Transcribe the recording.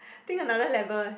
think another level ah